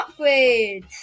upgrades